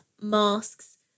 masks